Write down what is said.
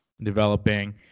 developing